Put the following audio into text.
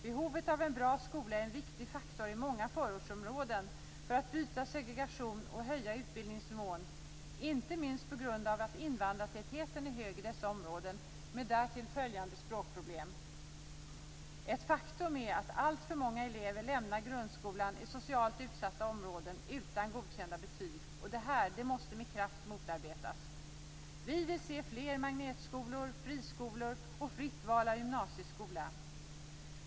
Behovet av en bra skola är en viktig faktor i många förortsområden för att bryta segregation och höja utbildningsnivån, inte minst på grund av att invandrartätheten är hög i dessa områden med därtill följande språkproblem. Ett faktum är att alltför många elever lämnar grundskolan i socialt utsatt områden utan godkända betyg. Det måste med kraft motarbetas. Vi vill se fler magnetskolor, friskolor och fritt val av gymnasieskola.